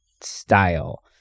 style